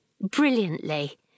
brilliantly